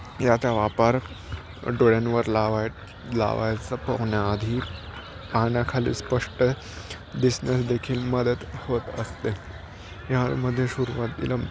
याचा वापार डोळ्यांवर लावाय लावायचं पोहण्याआधी पाण्याखाली स्पष्ट दिसण्यास देखील मदत होत असते यामध्ये सुरुवातीला